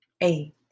eight